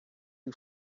who